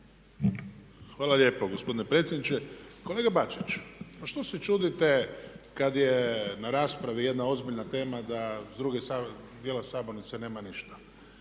Hvala lijepo gospodine predsjedniče. Kolega Bačić, pa što se čudite kad je na raspravi jedna ozbiljna tema da s druge strane djela sabornice nema ništa.